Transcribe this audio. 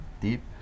deep